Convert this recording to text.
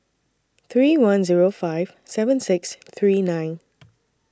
three one Zero five seven six three nine